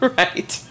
right